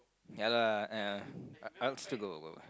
ya lah uh I will still go